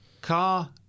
car